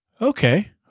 Okay